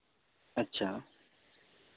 ᱟᱪᱪᱷᱟ